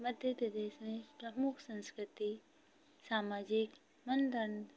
मध्य प्रदेश में प्रमुख संस्कृति सामाजिक बंधन